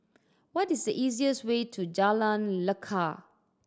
what is the easier's way to Jalan Lekar